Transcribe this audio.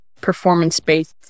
performance-based